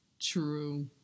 True